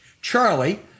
Charlie